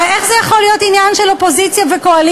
הרי איך זה יכול להיות עניין של אופוזיציה וקואליציה?